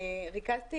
ריכזתי